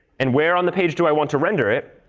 and where on the page do i want to render it?